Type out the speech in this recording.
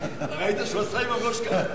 ראית שהוא עשה עם הראש ככה?